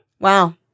Wow